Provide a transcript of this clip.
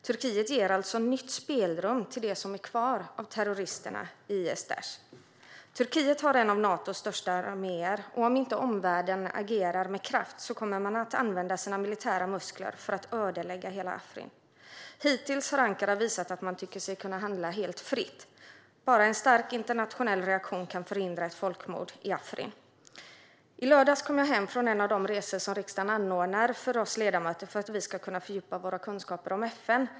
Turkiet ger alltså nytt spelrum till det som är kvar av terroristerna i IS/Daish. Turkiet har en av Natos största arméer, och om inte omvärlden agerar med kraft kommer man att använda sina militära muskler för att ödelägga hela Afrin. Hittills har Ankara visat att man tycker sig kunna handla helt fritt. Bara en stark internationell reaktion kan förhindra ett folkmord i Afrin. I lördags kom jag hem från en av de resor som riksdagen anordnar för oss ledamöter för att vi ska kunna fördjupa våra kunskaper om FN.